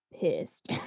pissed